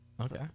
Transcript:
Okay